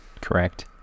Correct